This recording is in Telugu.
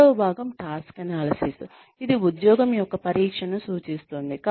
రెండవ భాగం టాస్క్ అనాలిసిస్ ఇది ఉద్యోగం యొక్క పరీక్షను సూచిస్తుంది